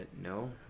No